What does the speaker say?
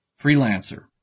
Freelancer